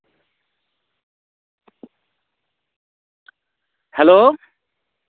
hello